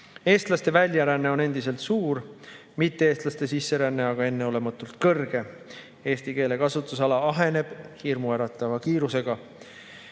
Eestlaste väljaränne on endiselt suur, mitte-eestlaste sisseränne aga enneolematult kõrge. Eesti keele kasutusala aheneb hirmuäratava kiirusega.